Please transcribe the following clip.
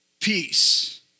peace